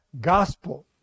gospel